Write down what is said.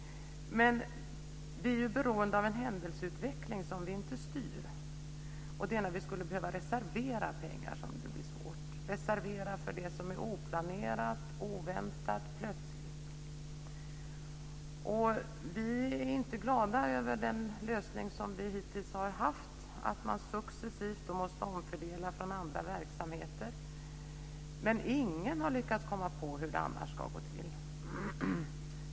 Men vi är ju beroende av en händelseutveckling som vi inte styr. Det är när vi skulle behöva reservera pengar som det blir svårt. Det handlar om att reservera pengar för det som är oplanerat, oväntat och plötsligt. Vi är inte glada över den lösning som vi hittills har haft, att man successivt måste omfördela från andra verksamheter. Men ingen har lyckats komma på hur det annars ska gå till.